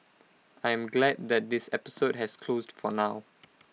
I am glad that this episode has closed for now